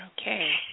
Okay